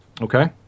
Okay